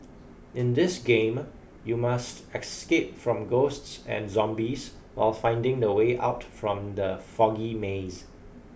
in this game you must escape from ghosts and zombies while finding the way out from the foggy maze